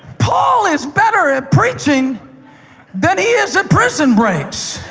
paul is better at preaching than he is at prison breaks.